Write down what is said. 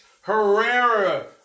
Herrera